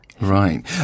Right